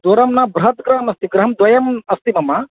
दूरं न बृहत् गृहमस्ति गृहं द्वयम् अस्ति मम